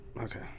Okay